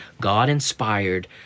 God-inspired